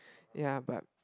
ya but